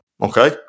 okay